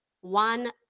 one